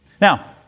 Now